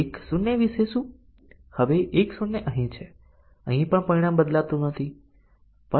આ ફક્ત short circuit મૂલ્યાંકનની અસરનું ઉદાહરણ છે